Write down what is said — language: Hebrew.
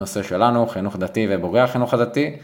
נושא שלנו חינוך דתי ובוגרי החינוך הדתי.